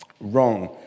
wrong